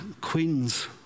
queens